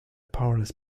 powerless